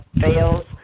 fails